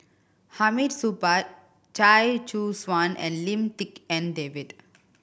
Hamid Supaat Chia Choo Suan and Lim Tik En David